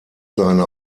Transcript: seine